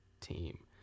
team